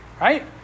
Right